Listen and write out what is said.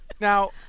Now